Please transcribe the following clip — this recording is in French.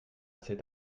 cet